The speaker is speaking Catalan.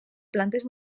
plantes